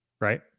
right